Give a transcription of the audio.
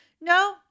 No